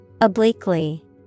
Obliquely